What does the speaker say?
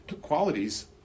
qualities